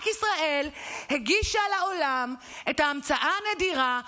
רק ישראל הגישה לעולם את ההמצאה הנדירה,